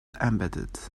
embedded